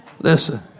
Listen